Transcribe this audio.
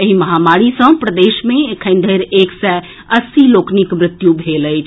एहि महामारी सँ प्रदेश मे एखन धरि एक सय अस्सी लोकनिक मृत्यु भेल अछि